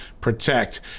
protect